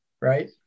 Right